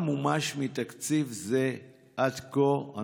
3. כמה מומש מתקציב זה עד כה?